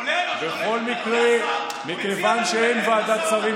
סליחה, עולה, מציע לנו לנהל משא ומתן עם